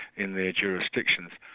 in their jurisdictions.